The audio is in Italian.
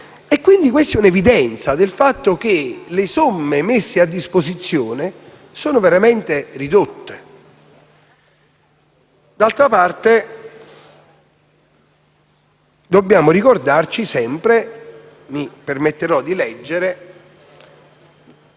fa. Questa è un'evidenza del fatto che le somme messe a disposizione sono veramente ridotte. D'altra parte, dobbiamo ricordarci sempre dell'articolo 3,